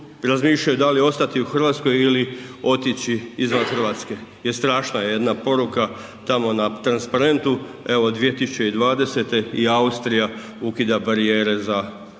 razmišljaju da li ostati u Hrvatskoj ili otići izvan Hrvatske je strašna jedna poruka tamo na transparentu, evo 2020. i Austrija ukida barijere za uvoz